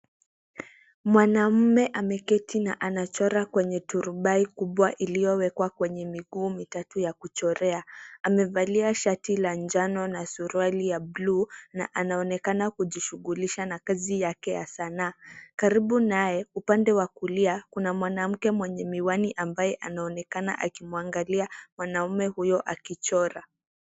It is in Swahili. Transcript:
Mwanamume ameketi na anachora kwenye turubai kubwa iliowekwa kwenye miguu mitatu kuchorea amevalia shati la njano na suruali blue na anaoneka kujishughulisha na kazi Yake ya zanaa. Karibu naye upande wa kulia kuna mwanamke mwenye miwani ambaye anaonekana akimwangalia mwanamume huyo akichora.